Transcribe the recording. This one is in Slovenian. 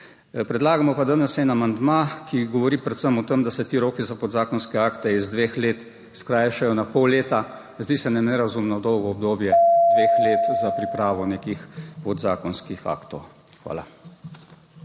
Predlagamo pa danes en amandma, ki govori predvsem o tem, da se ti roki za podzakonske akte iz dveh let skrajšajo na pol leta, zdi se nerazumno dolgo obdobje dveh let za pripravo nekih podzakonskih aktov. Hvala.